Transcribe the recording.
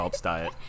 diet